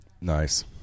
Nice